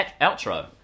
outro